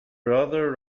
brother